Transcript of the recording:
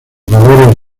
valores